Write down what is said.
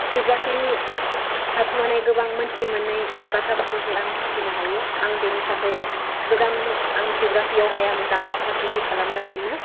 जग्राफिनि थाखुमानाय गोबां मिथिमोनै बाथ्राफोरखौ जेन आं मिथिनो हायो आं बेनि थाखाय जग्राफियावहाय दा माचटार्स डिग्रि खालामगासिनो